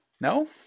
no